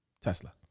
Tesla